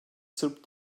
sırp